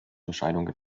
entscheidungen